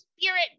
spirit